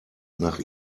nach